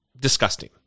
disgusting